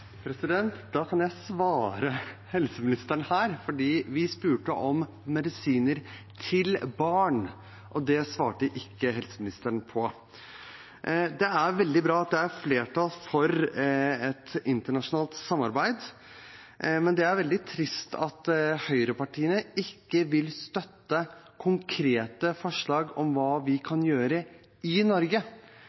Da kan jeg svare helseministeren her, for vi spurte om medisiner til barn, og det svarte ikke helseministeren på. Det er veldig bra at det er flertall for et internasjonalt samarbeid, men det er veldig trist at høyrepartiene ikke vil